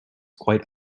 quite